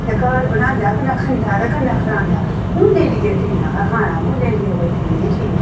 घर बनांदा कन्नै खंदा ते कन्नै खलांदा मुल्लैं लेइयै किन्ना गै खाना मुल्लैं लेइयै कोई किन्नी चीज